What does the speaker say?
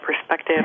perspective